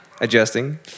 adjusting